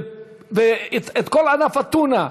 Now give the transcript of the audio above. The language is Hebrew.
ואת כל ענף הטונה,